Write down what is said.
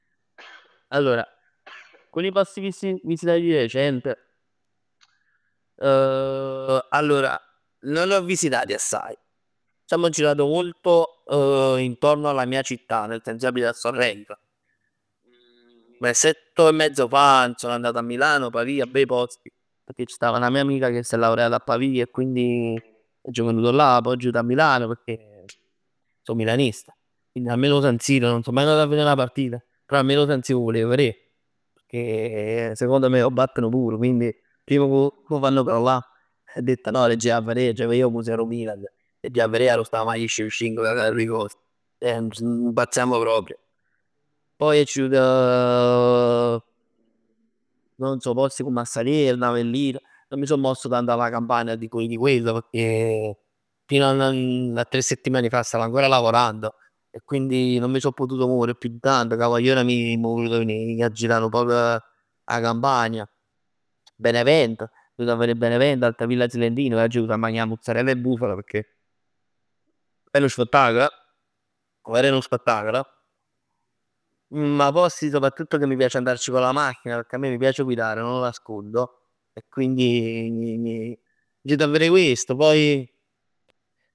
Allora, alcuni posti visti, visitati di recente. Non ne ho visitati assaj, diciamo ho girato molto intorno alla mia città, nel senso io abito a Sorrento. Un mesetto e mezzo fa sono andato a Milano, Pavia, bei posti. Perchè ci sta una mia amica che si è laureata a Pavia e quindi agg venut là, poj agg venut 'a Milano, pecchè so milanista. Quindi almen 'o San Siro. Non so mai andato a verè nà partita, però almen 'o San Siro 'o vulev verè. E secondo me 'o abbatn pur, quindi primm ch' 'o fann crollà ho detto no l'aggia ji 'a vedè, aggia ji 'o museo rò Milan. Aggia ji 'a verè addo sta 'a maglia 'e Shevchenko. Nun pazziamm proprj. Poj agg jut non so posti comm 'a Saliern, Avellin, non mi so mosso tanto dalla Campania al di fuori di quello pecchè, fino na- a- a tre settimane fa stavo ancora lavorando. E quindi non mi so potuto muovere più di tanto co 'a guagliona mij, hamm volut venì girann 'nu poc 'a Campania, Benevento, so jut 'a verè Benevento, Altavilla Silentina, m'agg jut 'a magnà 'a mozzarell 'e bufala pecchè è 'nu spettacol. Over è 'nu spettacol. Ma posti soprattutto che mi piace andarci con la macchina, pecchè 'a me m' piace guidare, non lo nascondo. E quindi so jut 'a verè questo, poi